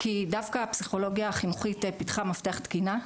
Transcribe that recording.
כי דווקא הפסיכולוגיה החינוכית פיתחה מפתח תקינה,